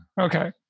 Okay